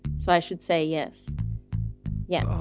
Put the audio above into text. so i should say yes yeah